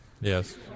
Yes